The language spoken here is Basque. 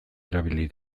erabili